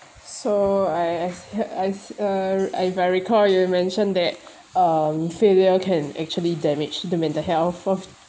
so I as uh as uh if I recalled you mentioned that um failure can actually damage the mental health of